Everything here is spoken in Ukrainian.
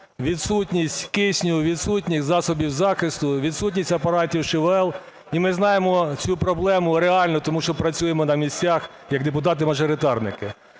відсутність кисню, відсутність засобів захисту, відсутність апаратів ШВЛ. І ми знаємо цю проблему реально, тому що працюємо на місцях як депутати-мажоритарники.